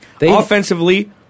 Offensively